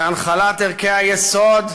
בהנחלת ערכי היסוד,